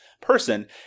person